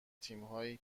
تیمهایی